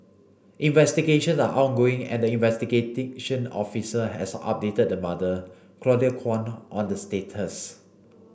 investigations are ongoing and the officer has updated the mother Claudia Kwan on the status